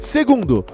Segundo